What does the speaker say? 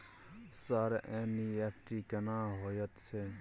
Sir NEFT केना होयत छै?